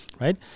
right